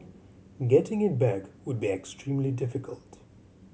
getting it back would be extremely difficult